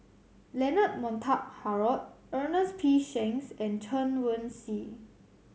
Leonard Montague Harrod Ernest P Shanks and Chen Wen Hsi